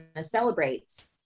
celebrates